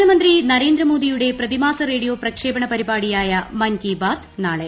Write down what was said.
പ്രധാനമന്ത്രി നരേന്ദ്രമോദിയുടെ പ്രതിമാസ റേഡിയോ പ്രക്ഷേപണ പരിപാടിയായ മൻ കി ബാത് നാളെ